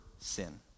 sin